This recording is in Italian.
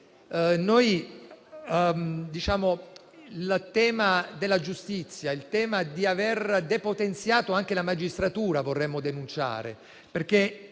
Vi è poi il tema della giustizia, quello di aver depotenziato anche la magistratura. Vorremmo denunciarlo, perché